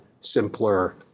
simpler